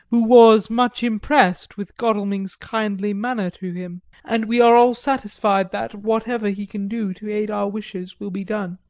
who was much impressed with godalming's kindly manner to him, and we are all satisfied that whatever he can do to aid our wishes will be done.